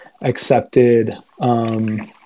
accepted